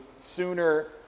sooner